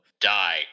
die